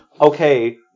okay